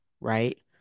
right